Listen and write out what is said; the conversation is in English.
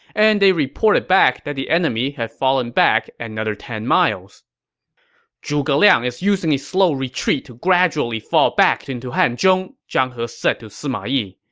and they reported back that the enemy had fallen back another ten miles zhuge liang is using a slow retreat to gradually fall back to hanzhong, zhang he said to sima yi.